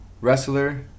wrestler